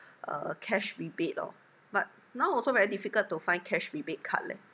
uh cash rebate lor but now also very difficult to find cash rebate card leh